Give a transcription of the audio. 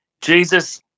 Jesus